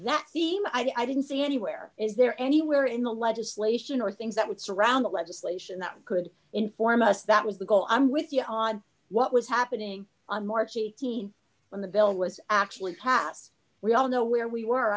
that seem i didn't see anywhere is there anywhere in the legislation or things that would surround the legislation that could inform us that was the goal i'm with you on what was happening on markey when the bill was actually passed we all know where we were